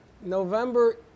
November